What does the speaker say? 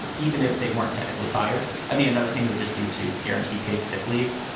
even if they weren't technically fired. i mean, another thing would just be to guarantee paid sick leave.